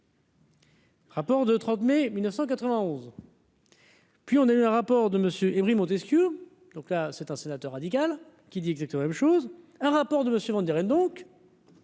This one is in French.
Rapport de 30 mai 1991. Puis on a eu un rapport de monsieur Evry Montesquieu, donc là c'est un sénateur radical qui dit que c'était la même chose, un rapport de monsieur Van der donc.